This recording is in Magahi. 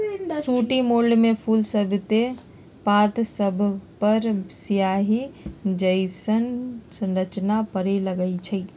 सूटी मोल्ड में फूल सभके पात सभपर सियाहि जइसन्न संरचना परै लगैए छइ